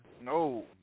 No